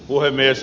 puhemies